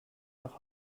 nach